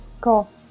Cool